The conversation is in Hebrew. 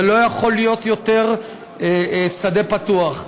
זה לא יכול להיות יותר שדה פתוח.